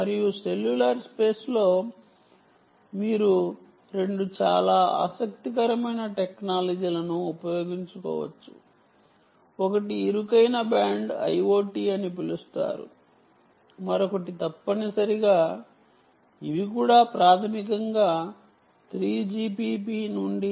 మరియు సెల్యులార్ స్పేస్లో మీరు 2 చాలా ఆసక్తికరమైన టెక్నాలజీలను ఉపయోగించుకోవచ్చు ఒకటి ఇరుకైన బ్యాండ్ IoT అని పిలుస్తారు మరొకటి తప్పనిసరిగా ఇవి కూడా ప్రాథమికంగా 3GPP నుండి